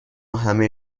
همه